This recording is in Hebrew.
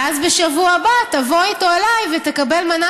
ואז בשבוע הבא תבוא איתו אליי ותקבלו מנה